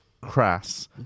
crass